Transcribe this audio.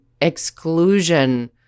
exclusion